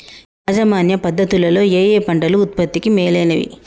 యాజమాన్య పద్ధతు లలో ఏయే పంటలు ఉత్పత్తికి మేలైనవి?